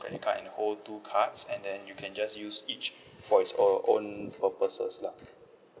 credit card and hold two cards and then you can just use each for its or own purposes lah